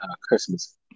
Christmas